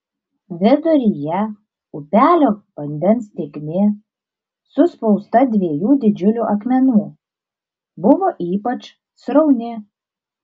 viduryje upelio vandens tėkmė suspausta dviejų didžiulių akmenų buvo ypač srauni